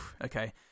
okay